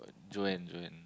Joanne Joanne